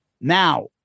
Now